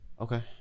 Okay